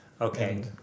Okay